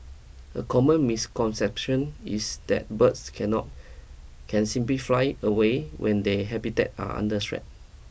a common misconception is that birds cannot can simply fly away when they habitat are under threat